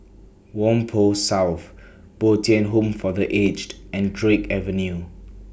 Whampoa South Bo Tien Home For The Aged and Drake Avenue